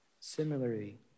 Similarly